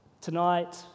Tonight